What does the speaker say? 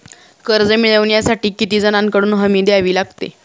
कर्ज मिळवण्यासाठी किती जणांकडून हमी द्यावी लागते?